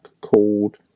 called